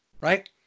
right